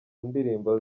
ndirimbo